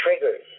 triggers